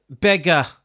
Beggar